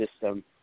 system